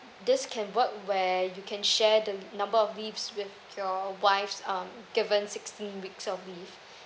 this can work where you can share the number of leaves with your wife's um given sixteen weeks of leaves